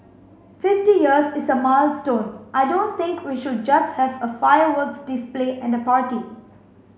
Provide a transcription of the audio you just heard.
fifty years is a milestone I don't think we should just have a fireworks display and a party